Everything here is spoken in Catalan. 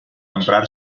emprar